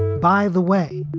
by the way,